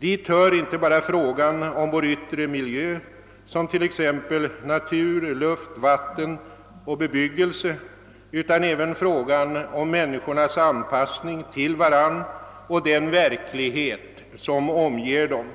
Dit hör inte bara frågan om vår yttre miljö, som t.ex. natur, luft, vatten och bebyggelse, utan även frågan om människornas anpassning till varandra och den verklighet som omger dem.